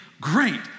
great